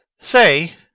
Say